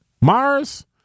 mars